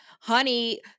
honey